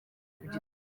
gitondo